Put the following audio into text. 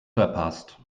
verpasst